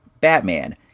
Batman